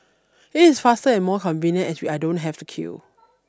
it is faster and more convenient as I don't have to queue